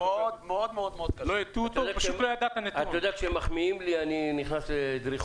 לא הטעו אותו הוא פשוט לא ידע --- כשמחמיאים לי אני נכנס לדריכות.